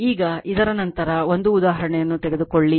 ಈಗ ಇದರ ನಂತರ ಒಂದು ಉದಾಹರಣೆಯನ್ನು ತೆಗೆದುಕೊಳ್ಳಿ